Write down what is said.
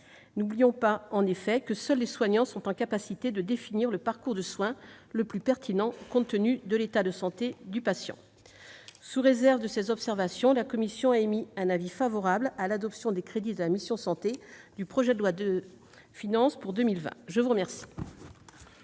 N'oublions pas, en effet, que seuls les soignants sont en capacité de définir le parcours de soins le plus pertinent compte tenu de l'état de santé du patient. Sous réserve de ces observations, la commission des affaires sociales a émis un avis favorable à l'adoption des crédits de la mission « Santé ». Mes chers collègues, je vous rappelle